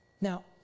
Now